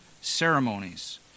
ceremonies